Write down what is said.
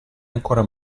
ancora